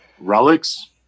relics